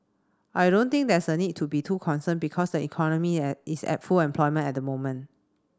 I don't think there's a need to be too concern because the economy at is at full employment at the moment